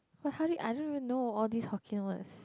but how do you I don't even know all these Hokkien words